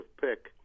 pick